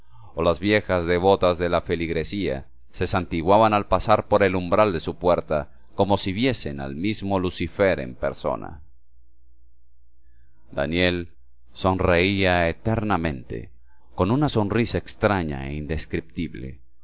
o las viejas devotas de la feligresía se santiguaban al pasar por el umbral de su puerta como si viesen al mismo lucifer en persona daniel sonreía eternamente con una sonrisa extraña e indescriptible